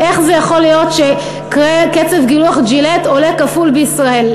איך ייתכן שקצף גילוח "ג'ילט" עולה כפול בישראל?